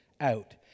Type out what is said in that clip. out